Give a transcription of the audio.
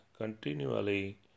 continually